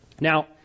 Now